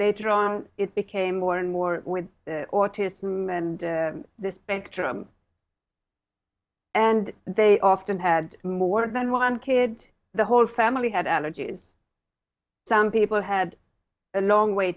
later on it became more and more with autism and the spectrum and they often had more than one kid the whole family had allergies some people had a long way